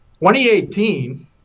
2018